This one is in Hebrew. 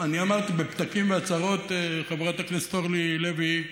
אמרתי, בפתקים והצהרות, חברת הכנסת אורלי לוי,